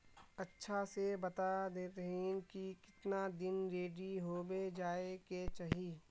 अच्छा से बता देतहिन की कीतना दिन रेडी होबे जाय के चही?